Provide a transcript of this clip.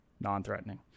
non-threatening